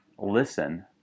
Listen